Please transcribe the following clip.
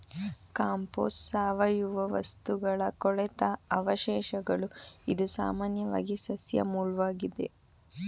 compost ಸಾವಯವ ವಸ್ತುಗಳ ಕೊಳೆತ ಅವಶೇಷಗಳು ಇದು ಸಾಮಾನ್ಯವಾಗಿ ಸಸ್ಯ ಮೂಲ್ವಾಗಿದೆ